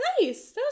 Nice